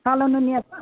कालो नुनिया छ